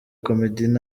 comedy